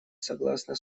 согласна